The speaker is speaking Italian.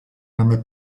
nome